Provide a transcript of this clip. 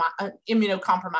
immunocompromised